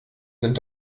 sind